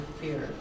fear